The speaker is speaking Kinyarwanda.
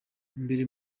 imbere